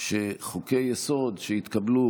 שחוקי-יסוד שהתקבלו,